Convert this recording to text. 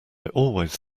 always